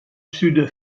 sud